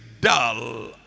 dull